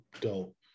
dope